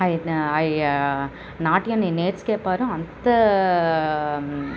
అయ్ ఆయా నాట్యం నేను నేర్చెకేపరా అంతా